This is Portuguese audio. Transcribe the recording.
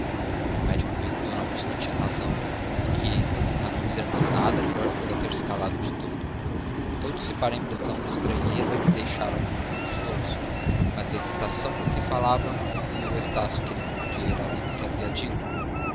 o médico viu que d úrsula tinha razão e que a não dizer mais nada melhor fora terse calado de todo tentou dissipar a impressão de estranheza que deixara no ânimo dos dois mas da hesitação com que falava concluiu estácio que ele não podia ir além do que havia dito